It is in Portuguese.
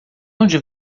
onde